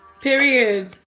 Period